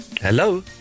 Hello